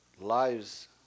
lives